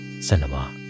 Cinema